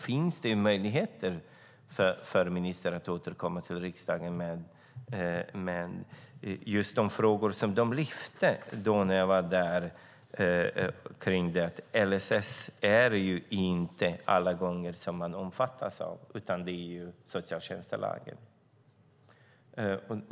Finns det möjligheter för ministern att återkomma till riksdagen med just de frågor som de synskadade lyfte när jag träffade dem om att alla inte omfattas av LSS utan av socialtjänstlagen?